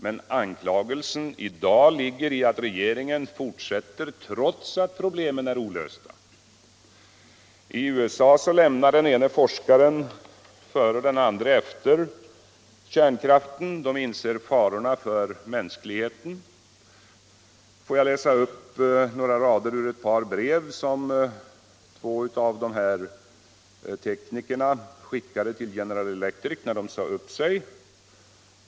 Jag anklagar i dag regeringen för att den fortsätter, trots att problemen är olösta. I USA lämnar den ene forskaren före och den andre efter kärnkraften. De inser farorna för mänskligheten. Låt mig läsa upp några rader ur ett par brev, som två av teknikerna skickade till General Electric när de sade upp sig.